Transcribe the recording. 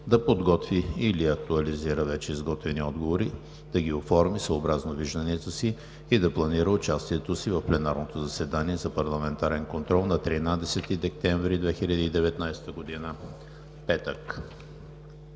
да подготви или актуализира вече изготвени отговори, да ги оформи съобразно вижданията си и да планира участието си в пленарното заседание за парламентарен контрол на 13 декември 2019 г., петък.